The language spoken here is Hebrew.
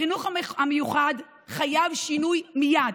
החינוך המיוחד חייב שינוי מייד,